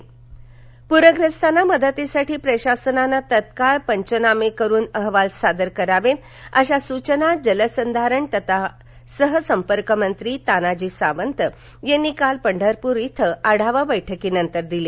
पंचनामे सोलाप्र प्रख्रस्तांना मदतीसाठी प्रशासनान तत्काळ पंचनामे करुन अहवाल सादर करावेत अशा सूचना जलसंधारण तथा सह संपर्क मंत्री तानाजी सावंत यांनी काल पंढरपूर इथं आढावा बैठकीनंतर दिल्या